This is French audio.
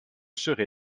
serai